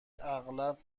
اغلب